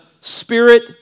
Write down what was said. Spirit